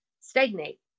stagnate